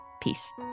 Peace